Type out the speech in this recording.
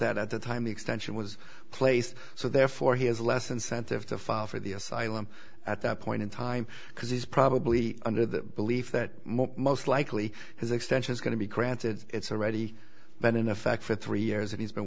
that at the time the extension was placed so therefore he has less incentive to file for the asylum at that point in time because he's probably under the belief that most likely his extension is going to be granted it's already been in effect for three years and he's been